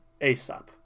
ASAP